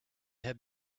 have